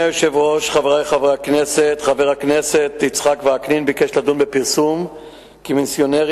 ביום ד' בתמוז התש"ע (16 ביוני 2010): פורסם כי מיסיונרים